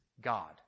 God